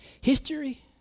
history